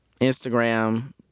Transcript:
Instagram